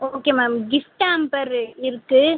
okay ma'am gift hamper இருக்குது